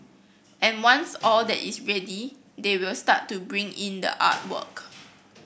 and once all that is ready they will start to bring in the artwork